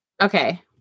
Okay